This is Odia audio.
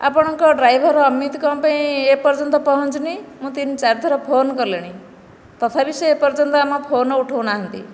ଆପଣଙ୍କ ଡ୍ରାଇଭର ଏମିତି କ'ଣ ପାଇଁ ଏପର୍ଯ୍ୟନ୍ତ ପହଞ୍ଚିନି ମୁଁ ତିନି ଚାରି ଥର ଫୋନ୍ କଲିଣି ତଥାପି ସେ ଏପର୍ଯ୍ୟନ୍ତ ଆମ ଫୋନ୍ ଉଠଉନାହାନ୍ତି